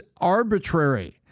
arbitrary